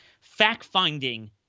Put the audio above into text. fact-finding